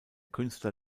künstler